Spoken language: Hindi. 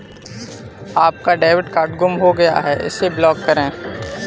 आपका डेबिट कार्ड गुम हो गया है इसे ब्लॉक करें